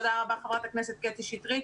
תודה רבה, חברת הכנסת קטי שטרית.